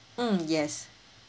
mm yes